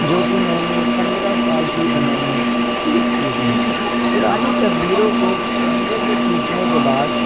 جوکہ میں نے پندرہ سال کی عمر میں کلک کی تھیں پرانی تصویروں کو کیمرے سے کھینچنے کے بعد